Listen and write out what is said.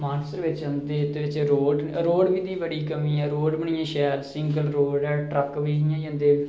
मानससर बिच औंदे एह्दे बिच रोड़ दी बड़ी कमी ऐ रोड बी निं ऐ शैल सिंगल रोड़ ऐ ट्रक बी इं'या जंदे